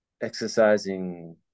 exercising